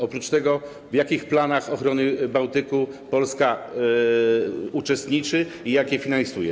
Oprócz tego w jakich planach ochrony Bałtyku Polska uczestniczy i jak je finansuje?